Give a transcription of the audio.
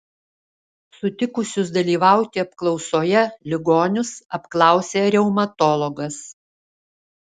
sutikusius dalyvauti apklausoje ligonius apklausė reumatologas